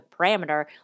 parameter